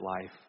life